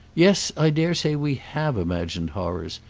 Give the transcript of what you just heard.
yes, i dare say we have imagined horrors.